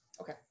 Okay